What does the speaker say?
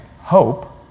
hope